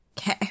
Okay